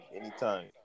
anytime